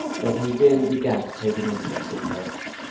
that he really began to take an interest in books,